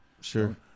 Sure